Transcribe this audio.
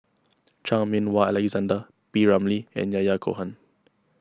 Chan Meng Wah Alexander P Ramlee and Yahya Cohen